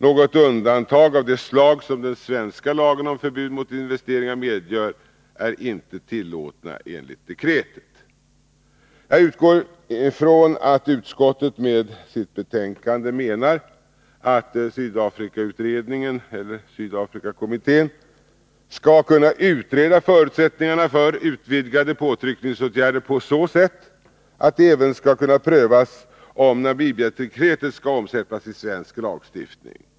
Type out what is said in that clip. Något undantag av det slag som den svenska lagen om förbud mot investeringar medger är inte tillåtet enligt dekretet. Jag utgår från att utskottet med sitt betänkande menar att Sydafrikakommittén skall kunna utreda förutsättningarna för utvidgade påtryckningsåtgärder på så sätt att det även skall kunna prövas om Namibiadekretet skall omsättas i svensk lagstiftning.